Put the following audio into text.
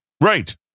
right